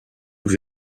aux